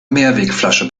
mehrwegflasche